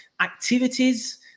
activities